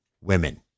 women